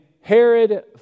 Herod